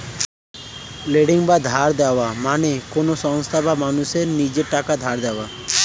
lending বা ধার দেওয়া মানে কোন সংস্থা বা মানুষ নিজের থেকে টাকা ধার দেয়